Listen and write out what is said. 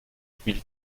spielt